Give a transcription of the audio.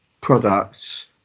products